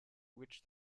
which